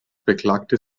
beklagte